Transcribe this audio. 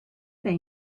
they